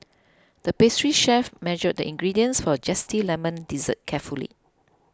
the pastry chef measured the ingredients for a Zesty Lemon Dessert carefully